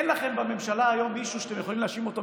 אין לכם בממשלה היום מישהו שאתם יכולים להאשים אותו,